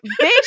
bitch